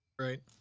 right